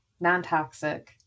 non-toxic